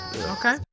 okay